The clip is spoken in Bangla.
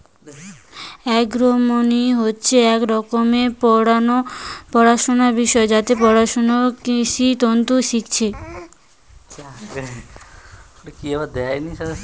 এগ্রোনোমি হচ্ছে একটা রকমের পড়াশুনার বিষয় যাতে পড়ুয়ারা কৃষিতত্ত্ব শিখছে